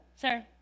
Sir